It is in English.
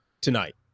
tonight